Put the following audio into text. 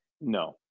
No